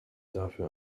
dafür